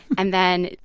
and then,